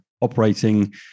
operating